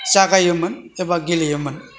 जागायोमोन एबा गेलेयोमोन